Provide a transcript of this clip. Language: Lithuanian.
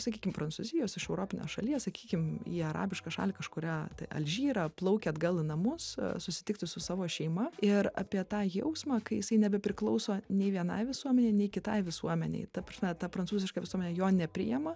sakykim prancūzijos iš europinės šalies sakykim į arabišką šalį kažkurią alžyrą plaukia atgal į namus susitikti su savo šeima ir apie tą jausmą kai jisai nebepriklauso nei vienai visuomenei nei kitai visuomenei ta prasme ta prancūziška visuomenė jo nepriima